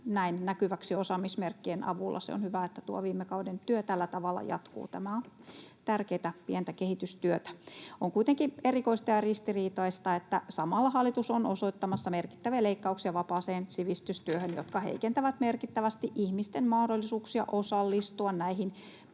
näin näkyväksi osaamismerkkien avulla. Se on hyvä, että tuo viime kauden työ tällä tavalla jatkuu. Tämä on tärkeätä pientä kehitystyötä. On kuitenkin erikoista ja ristiriitaista, että samalla hallitus on osoittamassa vapaaseen sivistystyöhön merkittäviä leikkauksia, jotka heikentävät merkittävästi ihmisten mahdollisuuksia osallistua näihin